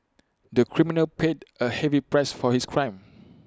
the criminal paid A heavy price for his crime